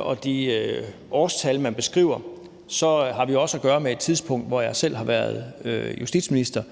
og de årstal, man beskriver, så har vi også at gøre med et tidspunkt, hvor jeg selv har været justitsminister.